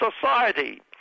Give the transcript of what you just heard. society